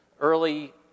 early